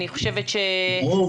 ברור,